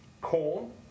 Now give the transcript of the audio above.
Corn